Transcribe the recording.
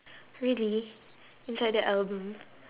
really inside the album